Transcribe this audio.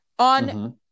On